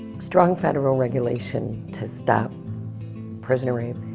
strong federal regulation to stop prisoner rape